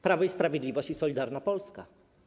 Prawo i Sprawiedliwość i Solidarna Polska.